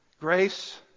Grace